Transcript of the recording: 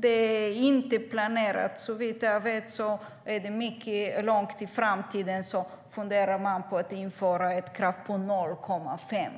Det är inte planerat; såvitt jag vet funderar man på att, långt i framtiden, införa ett krav på 0,5